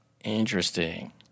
Interesting